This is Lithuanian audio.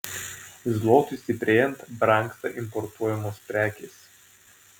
zlotui stiprėjant brangsta importuojamos prekės